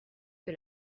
que